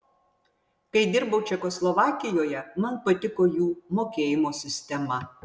kai dirbau čekoslovakijoje man patiko jų mokėjimo sistema